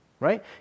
right